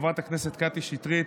חברת הכנסת קטי שטרית